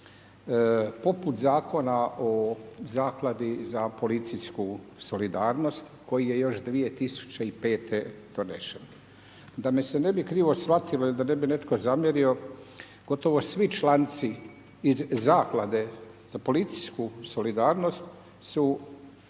Poput Zakona o Zakladi za policijsku solidarnosti, koji je još 2005. donešen. Da me se ne bi krivo shvatilo i da ne bi netko zamjerio, gotovo svi članci iz Zaklade za policijsku solidarnost